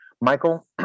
Michael